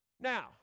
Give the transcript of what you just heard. Now